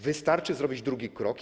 Wystarczy zrobić drugi krok.